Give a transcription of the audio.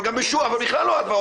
אבל גם בכלל לא הלוואות.